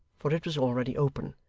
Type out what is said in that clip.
for it was already open,